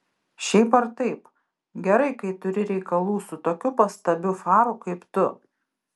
šiaip ar taip gerai kai turi reikalų su tokiu pastabiu faru kaip tu